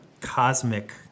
cosmic